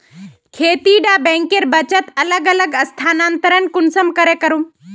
खेती डा बैंकेर बचत अलग अलग स्थानंतरण कुंसम करे करूम?